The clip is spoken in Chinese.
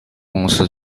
公司